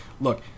look